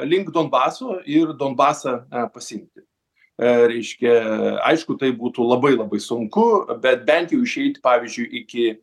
link donbaso ir donbasą pasiimti reiškia aišku tai būtų labai labai sunku bet bent jau išeit pavyzdžiui iki